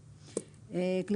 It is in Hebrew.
m/m0.50%.